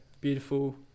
beautiful